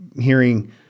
hearing